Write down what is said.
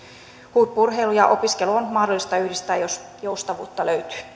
huippu urheilu ja opiskelu on mahdollista yhdistää jos joustavuutta